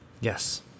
Yes